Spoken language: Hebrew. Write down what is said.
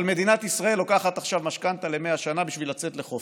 אבל מדינת ישראל לוקחת עכשיו משכנתה ל-100 שנה בשביל לצאת לחופש,